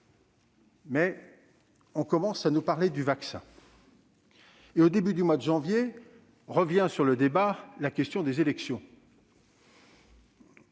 on commençait alors à parler du vaccin et, au début du mois de janvier, revenait dans le débat la question des élections.